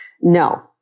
No